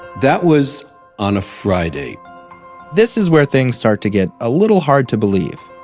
that was on a friday this is where things start to get a little hard to believe.